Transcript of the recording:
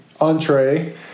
entree